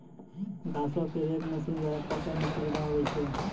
घासो क रेक मसीन द्वारा काटै म सुविधा होय छै